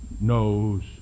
knows